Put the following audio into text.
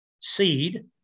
seed